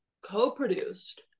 co-produced